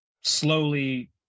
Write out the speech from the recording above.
slowly